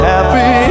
Happy